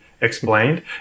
explained